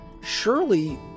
Surely